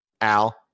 Al